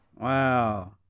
Wow